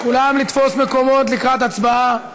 כולם לתפוס מקומות לקראת הצבעה.